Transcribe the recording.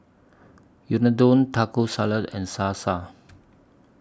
Unadon Taco Salad and Salsa